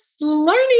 learning